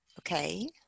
okay